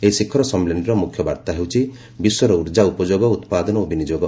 ଏହି ଶିଖର ସମ୍ମିଳନୀର ମୁଖ୍ୟବାର୍ତ୍ତା ହେଉଛି ବିଶ୍ୱର ଉର୍ଜା ଉପଯୋଗଉତ୍ପାଦନ ଓ ବିନିଯୋଗ